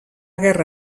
guerra